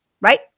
right